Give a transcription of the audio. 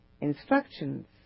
instructions